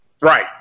Right